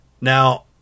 now